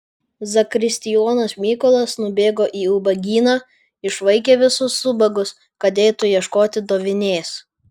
zakristijonas mykolas nubėgo į ubagyną išvaikė visus ubagus kad eitų ieškoti dovinės